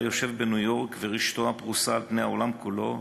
הוא ישב בניו-יורק ורשתו הייתה פרוסה על פני העולם כולו,